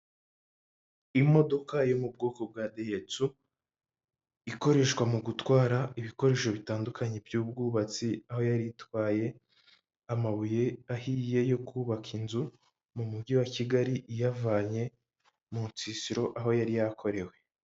Imodoka yo mu bwoko bwa dayihatsu, ikoreshwa mu gutwara ibikoresho bitandukanye by'ubwubatsi, aho yari itwaye amabuye ahiye yo kubaka inzu mu mujyi wa Kigali iyavanye mu nsisiro aho yari yakorewe.